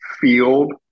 field